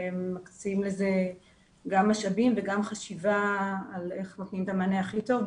ומקצים לזה גם משאבים וגם חשיבה על איך נותנים את המענה הכי טוב,